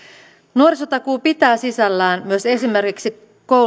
nuorisotakuu pitää sisällään myös esimerkiksi